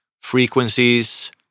frequencies